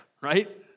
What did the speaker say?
Right